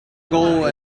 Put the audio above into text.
goal